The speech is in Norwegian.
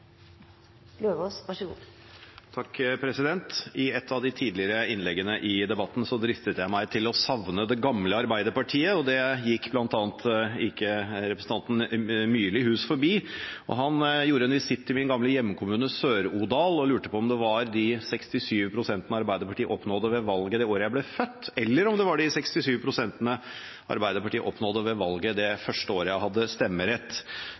I et av de tidligere innleggene i debatten dristet jeg meg til å savne det gamle Arbeiderpartiet, og det gikk ikke bl.a. representanten Myrli hus forbi. Han gjorde en visitt til min gamle hjemkommune, Sør-Odal, og lurte på om det var de 67 prosentene som Arbeiderpartiet oppnådde ved valget det året jeg ble født, eller de 67 prosentene som Arbeiderpartiet oppnådde ved valget det første året jeg hadde stemmerett,